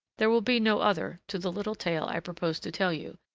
there will be no other to the little tale i propose to tell you,